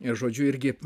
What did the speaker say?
ir žodžiu irgi